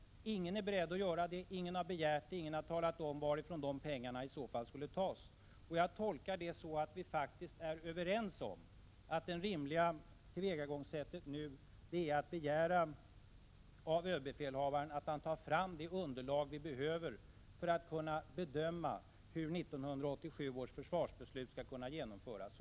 Ingen är beredd att göra det. Ingen har begärt det. Ingen har talat om varifrån de pengarna i så fall skulle tas. Jag tolkar det så, att vi faktiskt är överens om att det rimliga tillvägagångssättet nu är att begära av överbefälhavaren att han tar fram det underlag som behövs för att vi skall kunna bedöma hur 1987 års försvarsbeslut skall kunna genomföras.